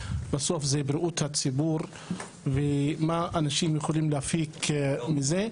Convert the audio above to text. בסוף זה בריאות הציבור ומה אנשים יכולים להפיק מזה.